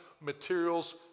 materials